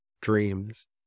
dreams